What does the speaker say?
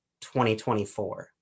2024